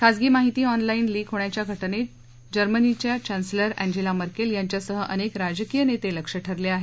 खाजगी माहिती online leak होणाच्या घरित जर्मनीच्या चस्तिलर अँजेला मर्केल यांच्यासह अनेक राजकीय नेते लक्ष्य ठरले आहेत